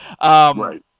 Right